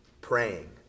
Praying